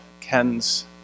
Ken's